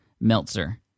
Meltzer